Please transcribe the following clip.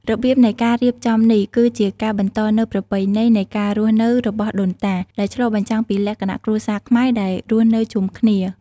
របៀបនៃការរៀបចំនេះ គឺជាការបន្តនូវប្រពៃណីនៃការរស់នៅរបស់ដូនតា ដែលឆ្លុះបញ្ចាំងពីលក្ខណៈគ្រួសារខ្មែរដែលរស់នៅជុំគ្នា។